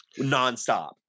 nonstop